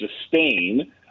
sustain